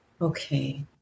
Okay